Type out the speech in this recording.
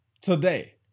today